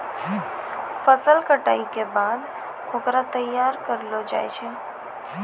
फसल कटाई के बाद होकरा तैयार करलो जाय छै